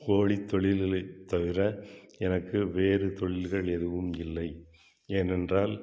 கோழித்தொழில்களை தவிர எனக்கு வேறு தொழில்கள் எதுவும் இல்லை ஏனென்றால்